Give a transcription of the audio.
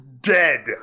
dead